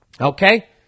okay